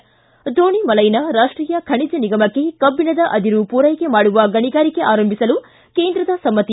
ಿ ದೋಣಿಮಲ್ಲೆನ ರಾಷ್ಷೀಯ ಖನಿಜ ನಿಗಮಕ್ಕೆ ಕಬ್ಬಿಣದ ಅದಿರು ಪೂರೈಕೆ ಮಾಡುವ ಗಣಿಗಾರಿಕೆ ಆರಂಭಿಸಲು ಕೇಂದ್ರದ ಸಮ್ಮತಿ